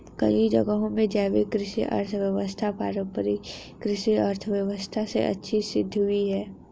कई जगहों में जैविक कृषि अर्थव्यवस्था पारम्परिक कृषि अर्थव्यवस्था से अच्छी सिद्ध हुई है